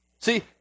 See